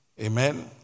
Amen